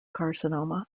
carcinoma